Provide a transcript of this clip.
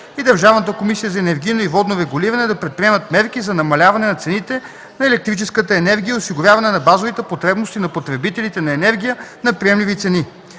и Държавната комисия за енергийно и водно регулиране да предприемат мерки за намаляване на цените на електрическата енергия и осигуряване на базовите потребности на потребителите на енергия на приемливи цени.